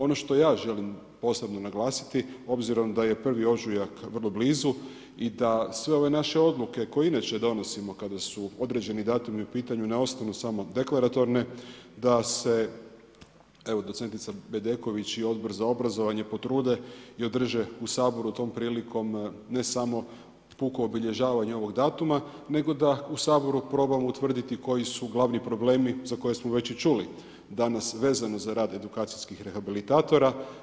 Ono što ja želim posebno naglasiti, obzirom da je 1. ožujak vrlo blizu i da sve ove naše odluke koje inače donosimo kada su određeni datumi u pitanju ne ostanu samo deklaratorne, da se, evo docentica Bedeković i Odbor za obrazovanje potrude i održe u Saboru tom prilikom ne samo pouko obilježavanje ovog datuma nego da u Saboru probamo utvrditi koji su glavni problemi za koje smo već i čuli danas vezano za rad edukacijskih rehabilitatora.